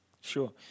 Sure